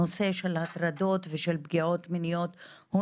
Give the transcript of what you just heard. הנושא הזה של הטרדות ופגיעות מיניות הוא